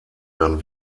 dann